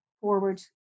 forward